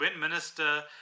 Minister